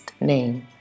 name